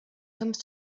comes